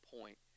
point